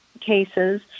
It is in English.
cases